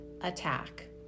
attack